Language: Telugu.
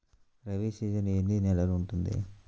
రబీ సీజన్ ఎన్ని నెలలు ఉంటుంది?